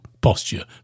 posture